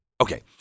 Okay